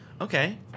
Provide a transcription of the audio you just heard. Okay